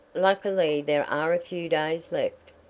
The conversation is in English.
luckily there are a few days left,